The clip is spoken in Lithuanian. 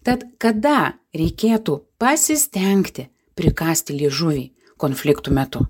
tad kada reikėtų pasistengti prikąsti liežuvį konfliktų metu